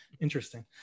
Interesting